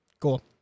Cool